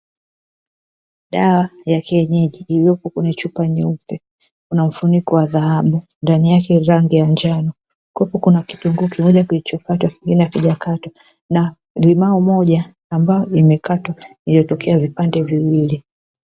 Dawa ya kienyeji iliyopo kwenye chupa nyeupe na mfuniko wa dhahabu ndani yake rangi ya njano kukiwepo kuna kitunguu kimoja kilichopata kingine hakijakatwa na limau moja ambayo imekatwa iliyotokea vipande viwili.